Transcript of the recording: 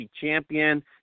Champion